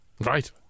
Right